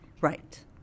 Right